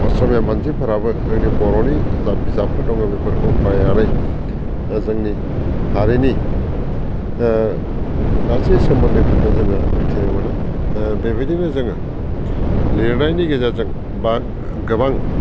असमिया मानसिफोराबो जोंनि बर'नि जा बिजाबफोर दङ बेफोरखौ फरायनानै जोंनि हारिनि गासै सोमोन्दोफोरखौ जोङो मिथिनो मोनो बेबायदिनो जोङो लिरनायनि गेजेरजों बा गोबां